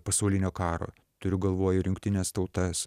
pasaulinio karo turiu galvoj ir jungtines tautas